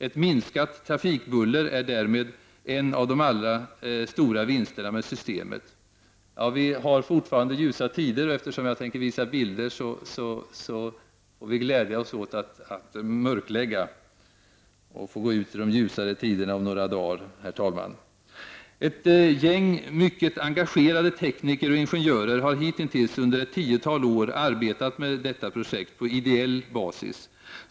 Ett minskat trafikbuller är därmed en av de stora vinsterna med systemet. Det är fortfarande ljusa tider ute. Men eftersom jag tänkte visa några bilder får vi mörklägga här i kammaren. Vi får ju för övrigt glädja oss åt de ljusa tiderna om några dagar. Ett gäng mycket engagerade tekniker och ingenjörer har hitintills, under ett tiotal år, arbetat med detta projekt på ideell basis.